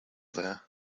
there